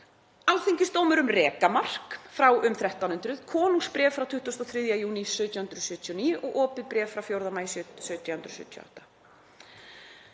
„Alþingisdómur um rekamark frá um 1300, Konungsbréf frá 23. júní 1779 og opið bréf frá 4. maí 1778.“